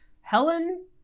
helen